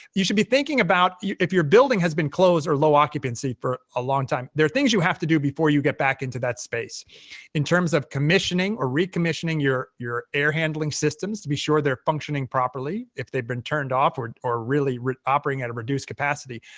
you should be thinking about, if your building has been closed or low occupancy for a long time, there are things you have to do before you get back into that space in terms of commissioning commissioning or recommissioning your your air handling systems to be sure they're functioning properly if they've been turned off or or really really operating at a reduced capacity.